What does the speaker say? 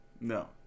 No